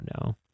no